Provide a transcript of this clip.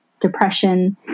depression